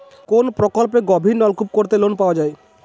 কোন প্রকল্পে গভির নলকুপ করতে লোন পাওয়া য়ায়?